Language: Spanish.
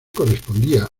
correspondía